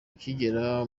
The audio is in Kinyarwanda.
ukigera